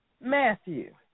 Matthew